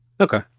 Okay